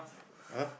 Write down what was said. !huh!